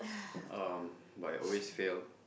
um but I always failed